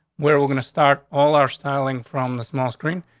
where we're gonna start all our styling from the small screen,